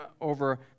over